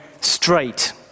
straight